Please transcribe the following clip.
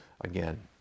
again